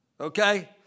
okay